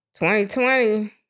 2020